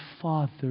Father